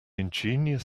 ingenious